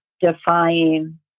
defying